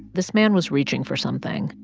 this man was reaching for something.